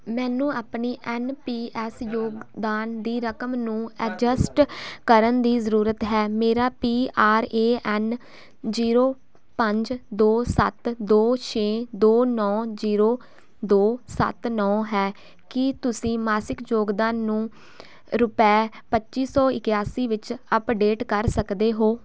ਮੈਨੂੰ ਆਪਣੇ N P S ਯੋਗਦਾਨ ਦੀ ਰਕਮ ਨੂੰ ਐਡਜਸਟ ਕਰਨ ਦੀ ਜ਼ਰੂਰਤ ਹੈ ਮੇਰਾ ਪੀਆਰਏਐੱਨ ਜ਼ੀਰੋ ਪੰਜ ਦੋ ਸੱਤ ਦੋ ਛੇ ਦੋ ਨੌਂ ਜ਼ੀਰੋ ਦੋ ਸੱਤ ਨੌਂ ਹੈ ਕੀ ਤੁਸੀਂ ਮਾਸਿਕ ਯੋਗਦਾਨ ਨੂੰ ਰੁਪਏ ਪੱਚੀ ਸੌ ਇਕਆਸੀ ਵਿੱਚ ਅੱਪਡੇਟ ਕਰ ਸਕਦੇ ਹੋ